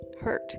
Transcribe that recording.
hurt